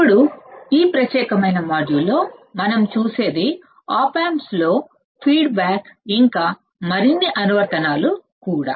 ఇప్పుడు ఈ ప్రత్యేకమైన మాడ్యూల్లో మనం చూసేది ఆప్ ఆంప్స్లో ఫీడ్ బ్యాక్ ఇంకా మరిన్ని ఉపయోగాలు కూడా